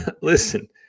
listen